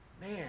man